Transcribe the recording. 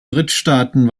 drittstaaten